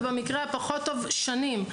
ובמקרה הפחות טוב שנים.